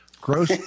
Gross